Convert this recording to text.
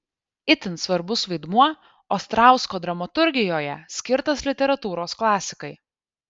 itin svarbus vaidmuo ostrausko dramaturgijoje skirtas literatūros klasikai